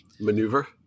maneuver